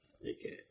Okay